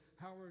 Howard